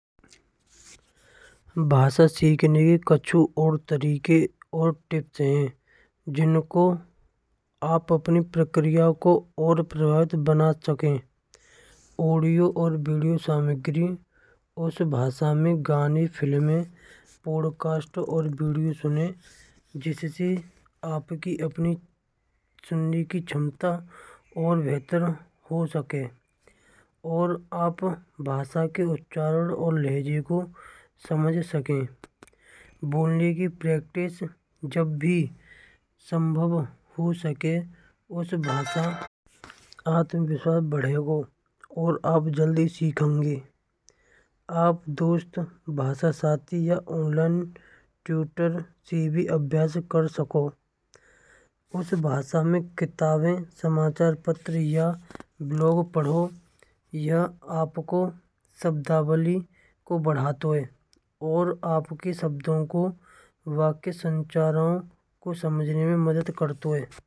भाषा सिखने की कछु और तरीके और टिप्स हैं। जिनको आप अपनी प्रक्रिया को और प्रभावित बना सकें। ऑडियो और वीडियो सामग्री उस भाषा में गाने फिल्में पॉडकास्ट और वीडियो सुने जिससे आपकी अपनी सुनने की क्षमता और बेहतर हो सके और आप भाषा के उच्चारण और लहजे को समझ सके। बोलने की प्रैक्टिस जब भी संभव हो सके उस भाषा को आत्मविश्वास बढ़ेगो हो और आप जल्दी सीखेंगे। आप दोस्त भाषा साथी या ऑनलाइन ट्विटर टीवी अभ्यास कर सको। उस भाषा में समाचार पत्र या ब्लॉग पढ़ो या आपको शब्दावली को बढ़ाता है और आपकी शब्दों को वाक्य संचारणों को समझने में मदद करते हैं।